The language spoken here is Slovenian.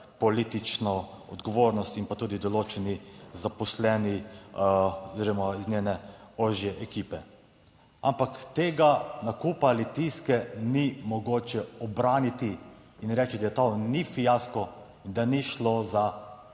politično odgovornost in pa tudi določeni zaposleni oziroma iz njene ožje ekipe. Ampak tega nakupa Litijske ni mogoče ubraniti in reči, da to ni fiasko in da ni šlo za